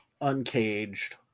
uncaged